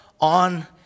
on